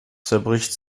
zerbricht